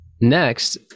next